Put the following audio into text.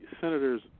Senator's